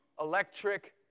Electric